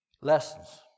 lessons